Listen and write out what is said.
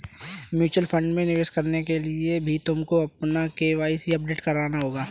mutual fund में निवेश करने के लिए भी तुमको अपना के.वाई.सी अपडेट कराना होगा